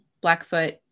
Blackfoot